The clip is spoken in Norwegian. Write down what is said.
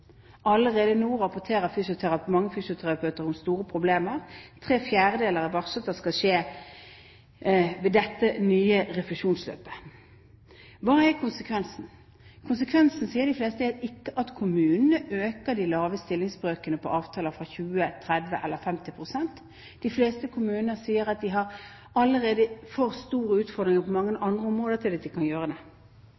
Allerede nå rapporterer mange fysioterapeuter om store problemer. For tre fjerdedeler er det varslet at det vil skje ved dette nye refusjonsløpet. Hva er konsekvensen? Konsekvensen, sier de fleste, er ikke at kommunene øker de lave stillingsbrøkene på avtaler fra 20, 30 eller 50 pst. De fleste kommunene sier at de allerede har for store utfordringer på mange